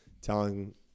telling